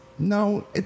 No